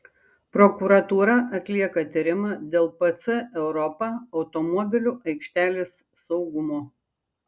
prokuratūra atlieka tyrimą dėl pc europa automobilių aikštelės saugumo